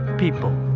people